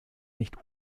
nicht